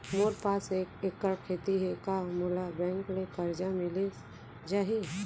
मोर पास एक एक्कड़ खेती हे का मोला बैंक ले करजा मिलिस जाही?